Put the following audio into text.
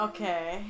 Okay